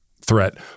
threat